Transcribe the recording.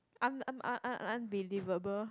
un~ un~ un~ unbelievable